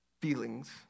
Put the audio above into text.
Feelings